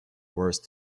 worse